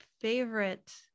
favorite